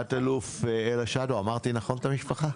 תת אלוף אלה שדו, תתייחסי,